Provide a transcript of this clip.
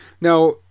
now